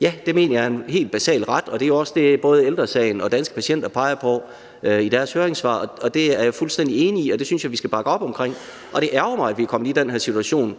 Ja, det mener jeg er en helt basal ret, og det er også det, både Ældre Sagen og Danske Patienter peger på i deres høringssvar, og det er jeg fuldstændig enig i, og det synes jeg vi skal bakke op om. Det ærgrer mig, at vi er kommet i den her situation,